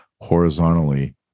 horizontally